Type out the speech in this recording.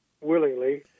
willingly